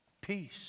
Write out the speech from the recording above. peace